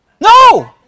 No